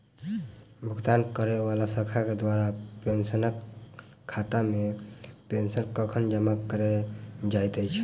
भुगतान करै वला शाखा केँ द्वारा पेंशनरक खातामे पेंशन कखन जमा कैल जाइत अछि